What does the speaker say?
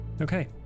Okay